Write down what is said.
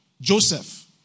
Joseph